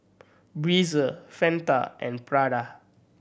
Breezer Fanta and Prada